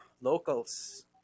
locals